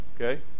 Okay